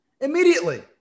immediately